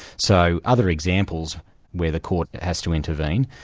so other examples where the court has to intervene,